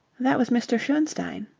that was mr. schoenstein.